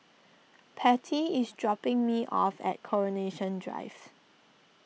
Patti is dropping me off at Coronation Drive